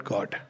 God